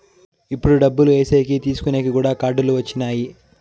ఇప్పుడు డబ్బులు ఏసేకి తీసుకునేకి కూడా కార్డులు వచ్చినాయి